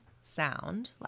sound